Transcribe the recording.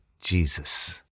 Jesus